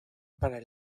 para